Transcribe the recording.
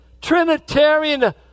Trinitarian